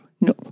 No